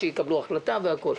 שיקבלו החלטה והכול.